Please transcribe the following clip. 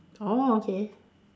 orh okay